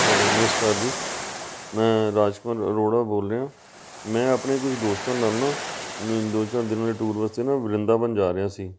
hello ਨਮਸਕਾਰ ਜੀ ਮੈਂ ਰਾਜਕੁਮਾਰ ਅਰੋੜਾ ਬੋਲ ਰਿਹਾ ਮੈਂ ਆਪਣੇ ਕੁਛ ਦੋਸਤਾਂ ਨਾਲ ਨਾ ਨ ਦੋ ਚਾਰ ਦਿਨਾਂ ਦੇ ਟੂਰ ਵਾਸਤੇ ਨਾ ਵਰਿੰਦਾਵਨ ਜਾ ਰਿਹਾ ਸੀ